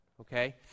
okay